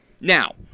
now